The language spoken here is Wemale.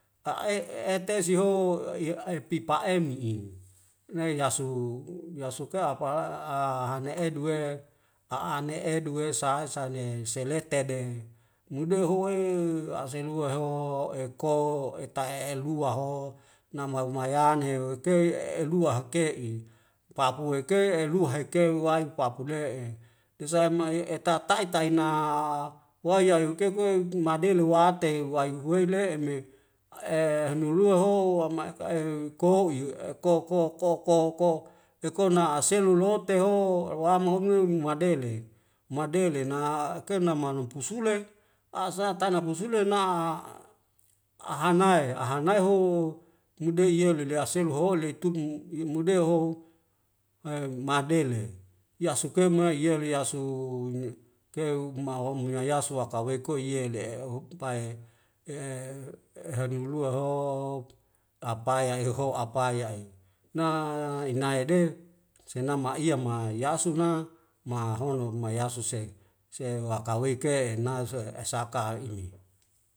A'ae e teseho i ai pi pa'emi'i nai hasuhu yasuka apala a hana edu duwe a'ane duwe sahe saene seletede mude huwe aselua hoho eko etahehe lua ho nama luma ya neho kei e lua ke'i pakuweke eluhekewi wai pakule'e desai ma'i etatai'ina wayay yukeke madenhuate wayahuele me e hemelua ho wamaeka'e kohoyu e koko koko lekonaas selu lote ho luamo hune umadele madele na kemna manupusule ha'sa taina pusule na ahanae ahanae ho mudei yele le aselo holit tumg imodeho e madele yasukemoi yele yasu ne' keu mahom yayasu waka weko'i yele'e e eum pae e e henim melua ho apae ya heho apaya'e na inae de senama iya ma yasuna mahono ruma yasu seng seng wakawek'e nazue esaka imi